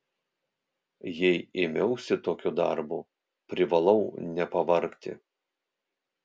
jei ėmiausi tokio darbo privalau nepavargti